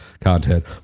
content